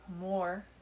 more